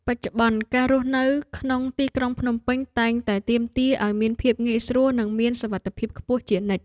បច្ចុប្បន្ន ការរស់នៅក្នុងទីក្រុងភ្នំពេញតែងតែទាមទារឱ្យមានភាពងាយស្រួលនិងមានសុវត្ថិភាពខ្ពស់ជានិច្ច។